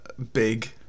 big